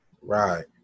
Right